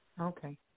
okay